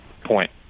Point